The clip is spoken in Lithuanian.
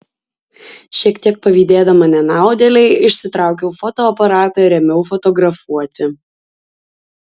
šiek tiek pavydėdama nenaudėlei išsitraukiau fotoaparatą ir ėmiau fotografuoti